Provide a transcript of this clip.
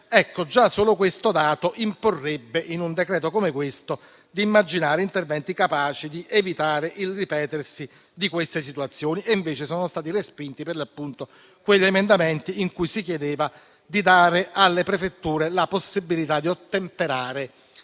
rosse, già solo questo dato imporrebbe in un decreto come questo di immaginare interventi capaci di evitare il ripetersi di queste situazioni; sono stati invece respinti per l'appunto quegli emendamenti in cui si chiedeva di dare alle prefetture la possibilità di ottemperare